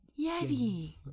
Yeti